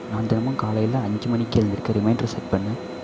நான் தினமும் காலையில் அஞ்சு மணிக்கு எழந்திரிக்க ரிமைண்ட்ரை செட் ண்ணு